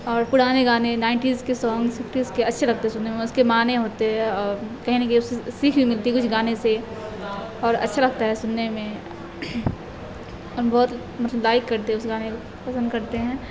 اور پرانے گانے نائنٹیز کے سانگ سوفیز کے اچھے لگتے ہیں سننے میں اس کے معانی ہوتے ہیں اور کہیں نہ کہیں اس سیکھ بھی ملتی کچھ گانے سے اور اچھا لگتا ہے سننے میں اور بہت مطلب لائک کرتے ہیں اس گانے پسند کرتے ہیں